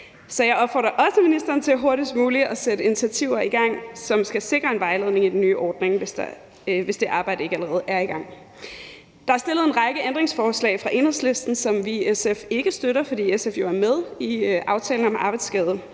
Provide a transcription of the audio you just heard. Så jeg opfordrer også ministeren til hurtigst muligt at sætte initiativer i gang, som skal sikre en vejledning i den nye ordning, hvis det arbejde ikke allerede er i gang. Der er stillet en række ændringsforslag af Enhedslisten, som vi i SF ikke støtter, fordi SF jo er med i aftalen om arbejdsskade.